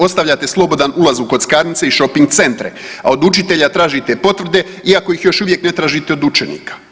Ostavljate slobodan ulaz u kockarnice i shopping centre, a od učitelja tražite potvrde iako ih još uvijek ne tražite od učenika.